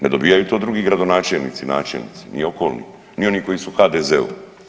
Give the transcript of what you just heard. Ne dobivaju to drugi gradonačelnici i načelnici ni okolni, ni oni koji su u HDZ-u.